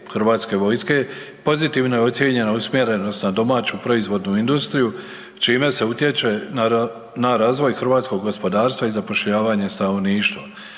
Hrvatske vojske pozitivno je ocijenjena usmjerenost na domaću proizvodnu industriju čime se utječe na razvoj hrvatskog gospodarstva i zapošljavanje stanovništva.